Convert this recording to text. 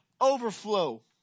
Overflow